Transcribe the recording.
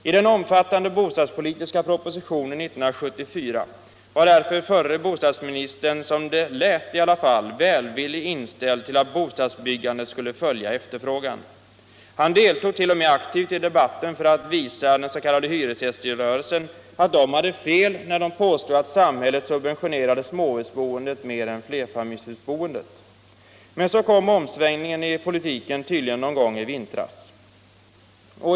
I den omfattande bostadspolitiska propositionen år 1974 var därför förre bostadsministern — det lät så i varje fall — välvilligt inställd till att bostadsbyggandet skulle följa efterfrågan. Han deltog t.o.m. aktivt i debatten för att visa att den s.k. hyresgäströrelsen hade fel när den påstod att samhället subventionerade småhusboendet mer än flerfamiljshusboende. Men så kom omsvängningen i politiken, tydligen någon gång i vintras.